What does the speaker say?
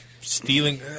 stealing